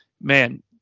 man